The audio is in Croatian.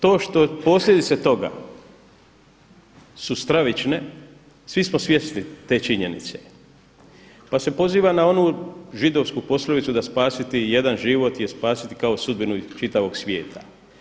To što posljedice toga su stravične svi smo svjesni te činjenice pa se poziva na onu židovsku poslovicu da spasiti jedan život je spasiti kao sudbinu čitavog svijeta.